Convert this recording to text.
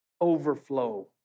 overflow